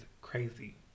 crazy